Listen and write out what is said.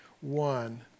one